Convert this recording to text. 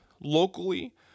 locally